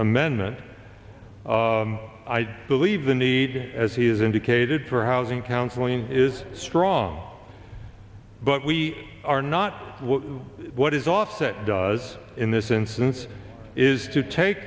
amendment i believe the need as he has indicated for housing counseling is strong but we are not what is often does in this instance is to take